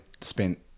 spent